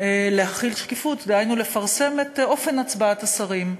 להחיל שקיפות, דהיינו לפרסם את אופן הצבעת השרים.